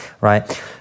right